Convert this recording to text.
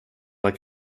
like